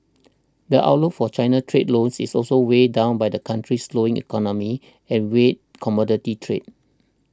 the outlook for China trade loans is also weighed down by the country's slowing economy and weak commodity trade